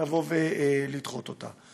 לבוא ולדחות אותה.